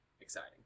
exciting